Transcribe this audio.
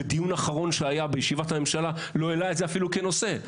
בדיון אחרון שהיה בישיבת הממשלה לא העלה את זה אפילו כנושא.